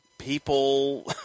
People